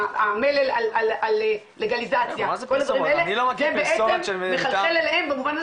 המלל על לגליזציה זה בעצם מחלחל אליהם במובן הזה